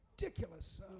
ridiculous